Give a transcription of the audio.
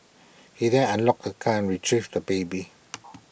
he then unlocked the car and retrieved the baby